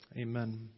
Amen